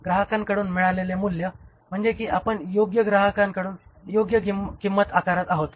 ग्राहकांकडून मिळालेले मूल्य म्हणजे की आपण योग्य ग्राहकांकडून योग्य किंमत आकारत आहोत